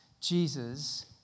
Jesus